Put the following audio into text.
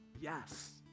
yes